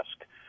ask